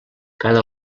cada